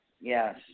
Yes